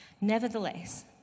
Nevertheless